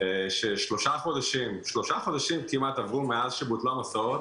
שלושה חודשים כמעט עברו מאז שבוטלו המסעות